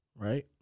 Right